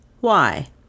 Why